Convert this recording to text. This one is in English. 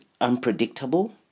unpredictable